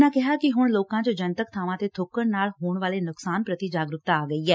ਉਨ੍ਹਾਂ ਕਿਹਾ ਕਿ ਹੁਣ ਲੋਕਾਂ 'ਚ ਜਨਤਕ ਬਾਵਾਂ ਤੇ ਥੁੱਕਣ ਨਾਲ ਹੋ ਵਾਲੇ ਨੁਕਸਾਨ ਪ੍ਤੀ ਜਾਗਰੁਕਤਾ ਆ ਗਈ ਏ